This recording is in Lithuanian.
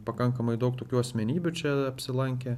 pakankamai daug tokių asmenybių čia apsilankė